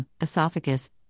esophagus